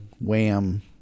wham